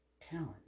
talent